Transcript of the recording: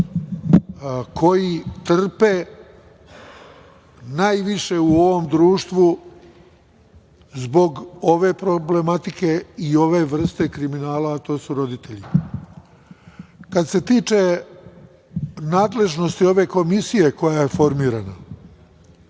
koji trpe najviše u ovom društvu zbog ove problematike i ove vrste kriminala, a to su roditelji. Kada se tiče nadležnosti ove komisije koja je formirana,